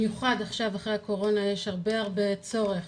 בהרבה דיונים